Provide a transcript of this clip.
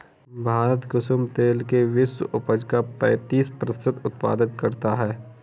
भारत कुसुम तेल के विश्व उपज का पैंतीस प्रतिशत उत्पादन करता है